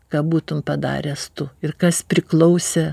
ką būtum padaręs tu ir kas priklausė